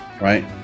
Right